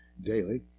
daily